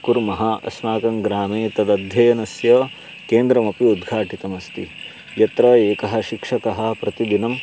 कुर्मः अस्माकं ग्रामे तदध्ययनस्य केन्द्रमपि उद्घाटितमस्ति यत्र एकः शिक्षकः प्रतिदिनम्